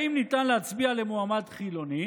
האם ניתן להצביע למועמד חילוני?